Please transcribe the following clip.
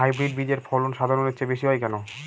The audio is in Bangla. হাইব্রিড বীজের ফলন সাধারণের চেয়ে বেশী হয় কেনো?